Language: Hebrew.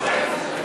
נא לשבת.